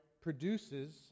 produces